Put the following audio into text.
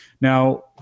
Now